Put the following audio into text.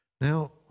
Now